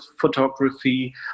photography